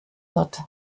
wird